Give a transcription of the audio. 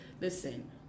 listen